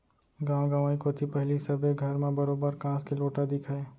गॉंव गंवई कोती पहिली सबे घर म बरोबर कांस के लोटा दिखय